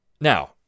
Now